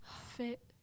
fit